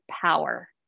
power